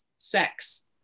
sex